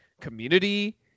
community